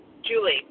Julie